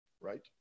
right